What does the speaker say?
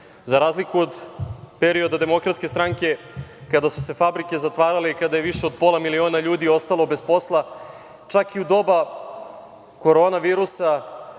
za razliku od perioda DS, kada su se fabrike zatvarale i kada je više od pola miliona ljudi ostalo bez posla. Čak i u doba korona virusa,